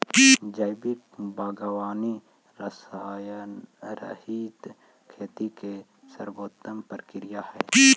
जैविक बागवानी रसायनरहित खेती के सर्वोत्तम प्रक्रिया हइ